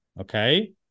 okay